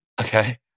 okay